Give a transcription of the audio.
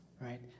Right